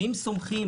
ואם סומכים